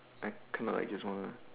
I kinda like just want